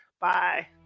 Bye